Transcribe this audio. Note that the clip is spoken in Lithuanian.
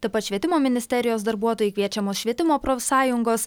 taip pat švietimo ministerijos darbuotojai kviečiamos švietimo profsąjungos